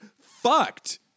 fucked